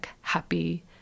happy